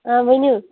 آ ؤنِو